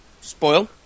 spoil